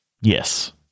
Yes